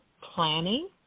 planning